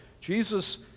Jesus